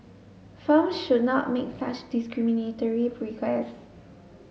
firms should not make such discriminatory requests